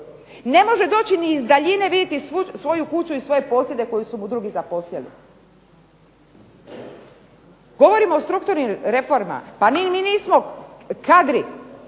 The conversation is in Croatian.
Ne može ni iz daljine doći vidjeti svoju kuću i svoje posjede koje su mu drugi zaposjeli. Govorimo o strukturnim reformama mi nismo kadri